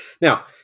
Now